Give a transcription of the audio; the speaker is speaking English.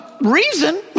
reason